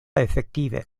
efektive